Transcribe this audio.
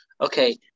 Okay